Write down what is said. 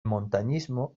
montañismo